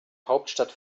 hauptstadt